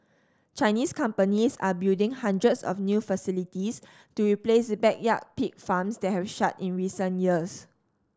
Chinese companies are building hundreds of new facilities to replace backyard pig farms that have shut in recent years